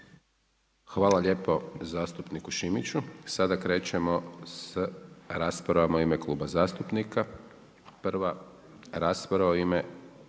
Hvala lijepo zastupniku Šimiću. Sada krećemo s rasprava u ime kluba zastupnika. Prva rasprava u ime